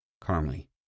calmly